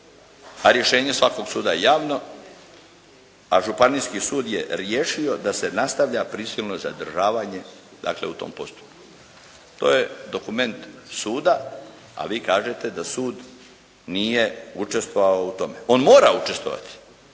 a rješenje svakog suda je javno, a županijski sud je riješio da se nastavlja prisilno zadržavanje dakle u tom postupku. To je dokument suda, a vi kažete da sud nije učestvovao u tome. On mora učestvovati.